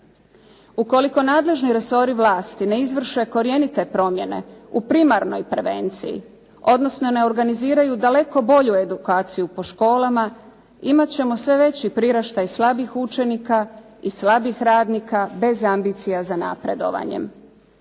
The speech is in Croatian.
Ukoliko nadležni resori vlasti ne izvrše korjenite promjene u primarnoj prevenciji, odnosno ne organiziraju daleko bolju edukaciju po školama, imat ćemo sve veći priraštaj slabih učenika i slabih radnika bez ambicija za napredovanje,